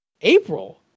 April